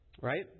Right